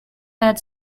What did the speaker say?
had